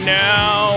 now